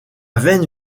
veine